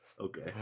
Okay